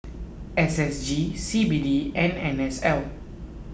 S S G C B D and N S L